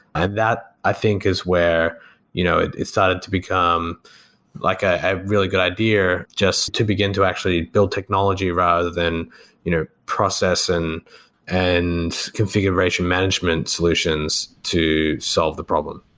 that i think is where you know it it started to become like a really good idea just to begin to actually build technology rather than you know process and and configuration management solutions to solve the problem